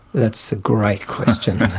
that's a great question.